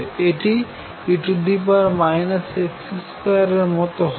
এটি e x2 এর মতো হবে